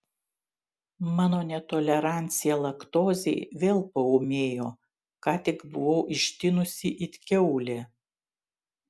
mano netolerancija laktozei vėl paūmėjo ką tik buvau ištinusi it kiaulė